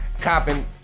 copping